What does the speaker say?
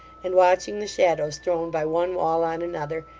and watching the shadows thrown by one wall on another,